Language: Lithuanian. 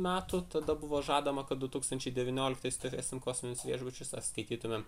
metų tada buvo žadama kad du tūkstančiai devynioliktais turėsim kosminius viešbučius ar skaitytumėm